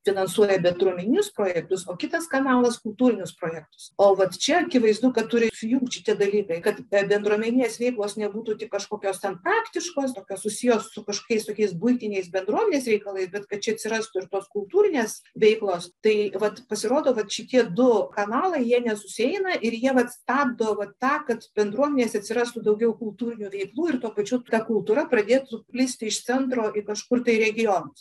finansuoja bendruomeninius projektus o kitas kanalas kultūrinius projektus o vat čia akivaizdu kad turi sujungt šitie dalykai kad be bendruomeninės veiklos nebūtų tik kažkokios ten praktiškos tokios susiję su kažkaip tokiais buitiniais bendruomenės reikalai bet kad čia atsirastų ir tos kultūrinės veiklos tai vat pasirodo vat šitie du kanalai jie nesusieina ir jie vat stabdo vat tą kad bendruomenėse atsirastų daugiau kultūrinių veiklų ir tuo pačiu ta kultūra pradėtų plisti iš centro kažkur tai į regionus